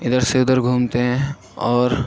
ادھر سے ادھر گھومتے ہیں اور